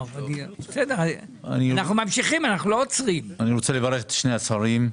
אני רוצה לברך את שני השרים,